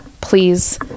please